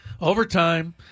Overtime